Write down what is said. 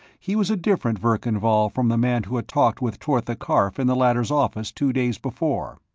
he was a different verkan vall from the man who had talked with tortha karf in the latter's office, two days before.